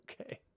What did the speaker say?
okay